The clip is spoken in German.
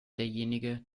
derjenige